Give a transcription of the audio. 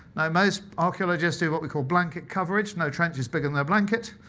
now most archaeologist do what we call blanket coverage, no trenches bigger than a blanket.